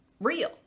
real